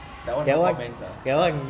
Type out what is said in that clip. that [one] no comments ah ya